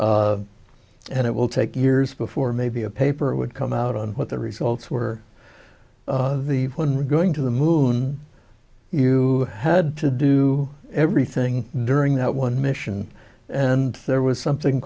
and it will take years before maybe a paper would come out on what the results were of the one we're going to the moon you had to do everything during that one mission and there was something